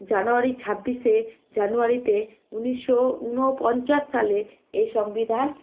জানুয়ারির ছাব্বিশে জানুয়ারিতে উনিশো উনপঞ্চাশ সালে এই সংবিধান